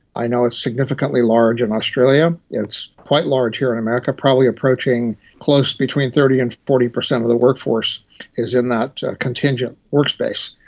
i know it's significantly large in australia. it's quite large here in america, probably approaching close, between thirty percent and forty percent of the workforce is in that contingent workspace.